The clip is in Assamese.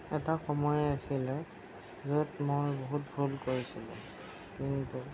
এটা সময় আছিলে য'ত মই বহুত ভুল কৰিছিলোঁ কিন্তু